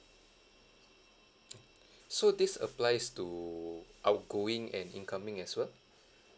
so this applies to outgoing and incoming as well